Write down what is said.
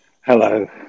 Hello